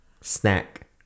Snack